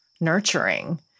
nurturing